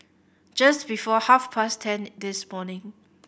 just before half past ten this morning